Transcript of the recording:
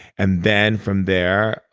and then from there,